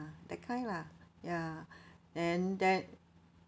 that kind lah ya and that